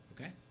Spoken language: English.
okay